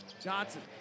Johnson